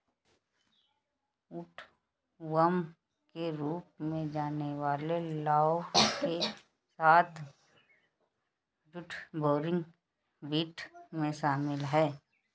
woodworm के रूप में जाने वाले लार्वा के साथ वुडबोरिंग बीटल में शामिल हैं